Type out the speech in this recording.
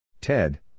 Ted